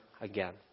again